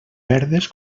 verdes